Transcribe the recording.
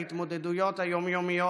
ההתמודדויות היום-יומיות,